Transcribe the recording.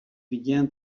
began